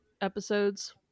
episodes